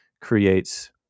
creates